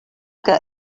que